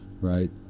right